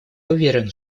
уверен